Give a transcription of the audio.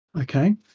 Okay